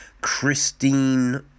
Christine